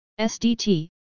SDT